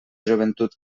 joventut